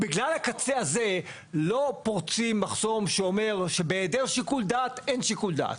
בגלל הקצה הזה לא פורצים מחסום שאומר שבהיעדר שיקול דעת אין שיקול דעת.